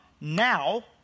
now